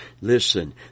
listen